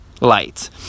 light